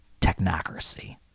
technocracy